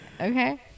okay